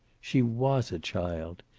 she was a child.